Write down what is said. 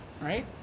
right